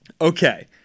Okay